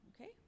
Okay